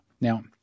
Now